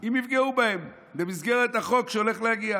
אם יפגעו בהן, במסגרת החוק שהולך להגיע,